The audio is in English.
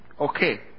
Okay